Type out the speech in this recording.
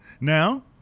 Now